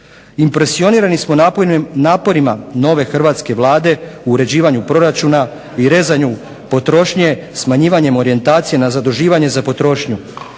Impresionirani smo naporima nove hrvatske Vlade u uređivanju proračuna i rezanju potrošnje smanjivanjem orijentacije na zaduživanje za potrošnju,